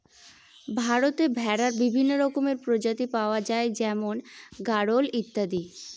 ভারতে ভেড়ার বিভিন্ন রকমের প্রজাতি পাওয়া যায় যেমন গাড়োল ইত্যাদি